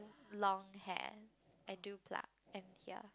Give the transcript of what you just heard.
long hair I do pluck and peer